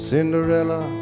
Cinderella